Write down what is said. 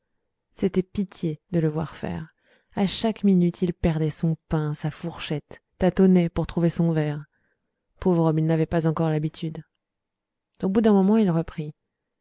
c'était pitié de le voir faire à chaque minute il perdait son pain sa fourchette tâtonnait pour trouver son verre pauvre homme il n'avait pas encore l'habitude au bout d'un moment il reprit